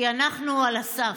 כי אנחנו על הסף.